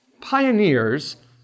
pioneers